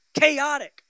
Chaotic